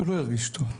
הוא לא הרגיש טוב.